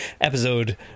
episode